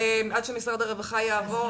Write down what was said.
עד שמשרד הרווחה יעלה,